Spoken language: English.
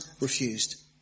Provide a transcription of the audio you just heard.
refused